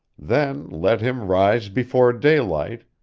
then let him rise before daylight,